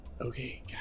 okay